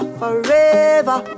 forever